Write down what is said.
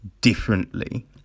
Differently